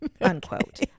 unquote